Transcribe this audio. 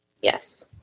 Yes